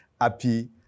happy